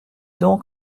donc